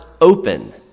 open